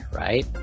right